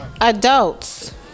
adults